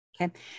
Okay